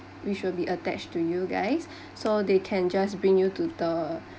which will be attached to you guys so they can just bring you to the